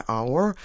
Hour